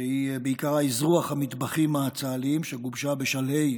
שהיא בעיקר אזרוח המטבחים הצה"ליים, שגובשה בשלהי